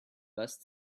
bust